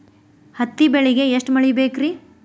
ಹತ್ತಿ ಬೆಳಿಗ ಎಷ್ಟ ಮಳಿ ಬೇಕ್ ರಿ?